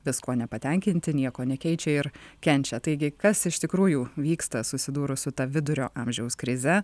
viskuo nepatenkinti nieko nekeičia ir kenčia taigi kas iš tikrųjų vyksta susidūrus su ta vidurio amžiaus krize